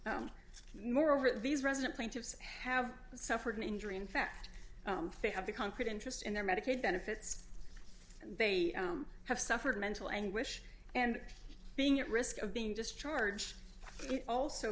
it's more over these resident plaintiffs have suffered an injury in fact they have the concrete interest in their medicaid benefits and they have suffered mental anguish and being at risk of being discharged it also